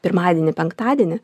pirmadienį penktadienį